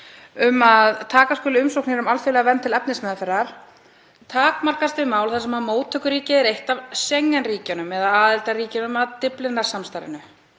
um að taka skuli umsóknir um alþjóðlega vernd til efnismeðferðar takmarkast við mál þar sem móttökuríkið er eitt af Schengen-ríkjunum eða aðildarríkjum að Dyflinnarsamstarfinu.“